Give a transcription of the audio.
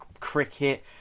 cricket